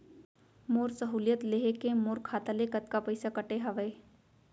मोर सहुलियत लेहे के मोर खाता ले कतका पइसा कटे हवये?